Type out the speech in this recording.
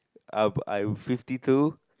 uh I'm fifty two